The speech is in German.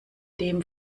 dem